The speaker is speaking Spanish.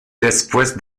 después